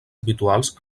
habituals